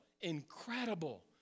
Incredible